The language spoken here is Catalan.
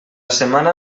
setmana